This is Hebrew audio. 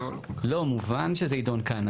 לא, מובן שזה ידון כאן.